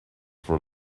for